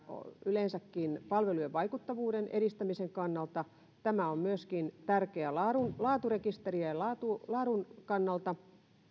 yleensäkin palvelujen vaikuttavuuden edistämisen kannalta tämä on tärkeää myöskin laaturekisterien ja laadun